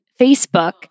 facebook